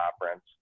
Conference